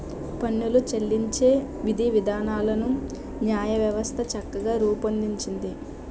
పన్నులు చెల్లించే విధివిధానాలను న్యాయవ్యవస్థ చక్కగా రూపొందించింది